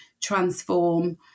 transform